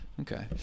okay